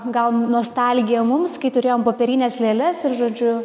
gal nostalgija mums kai turėjom popierines lėles ir žodžiu